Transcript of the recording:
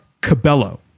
Cabello